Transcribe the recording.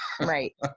Right